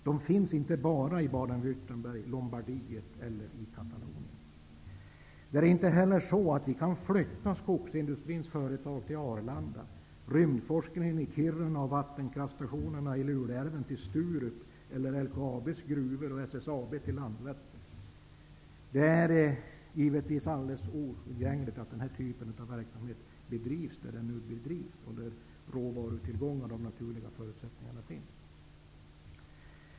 De finns inte bara i Baden Vi kan inte heller flytta företagen i skogsindustrin till Arlanda, rymdforskningen i Kiruna och vattenkraftsstationerna i Luleälven till Sturup eller LKAB:s gruvor och SSAB till Landvetter. Det är naturligtvis oundgängligt att denna typ av verksamhet bedrivs där den nu finns, dvs. där råvarutillgångarna och andra naturliga förutsättningar finns. Herr talman!